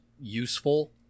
useful